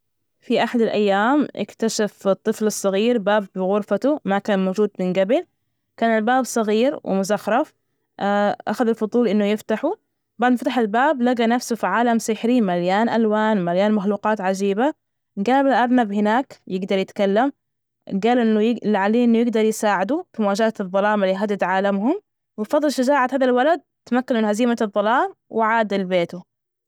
في أحد الأيام، اكتشف الطفل الصغير باب بغرفته، ما كان موجود من جبل. كان الباب صغير ومزخرف. أخذ الفطور، إنه يفتحوا بعد ما فتح الباب لجى نفسه في عالم سحري مليان ألوان، مليان مخلوجات عجيبة، قابل أرنب هناك يجدر يتكلم، جال أن ال عليه، إنه يجدر يساعده في مواجهة الظلام اللي هدد عالمهم، وبفضل شجاعة هذا الولد تمكنوا من هزيمة الظلام وعاد لبيته.